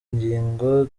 ingingo